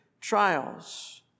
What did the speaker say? trials